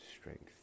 strength